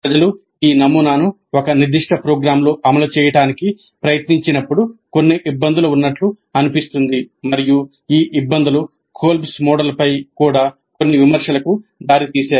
ప్రజలు ఈ నమూనాను ఒక నిర్దిష్ట ప్రోగ్రామ్లో అమలు చేయడానికి ప్రయత్నించినప్పుడు కొన్ని ఇబ్బందులు ఉన్నట్లు అనిపిస్తుంది మరియు ఈ ఇబ్బందులు కోల్బ్ మోడల్పై కూడా కొన్ని విమర్శలకు దారితీశాయి